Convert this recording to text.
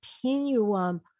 continuum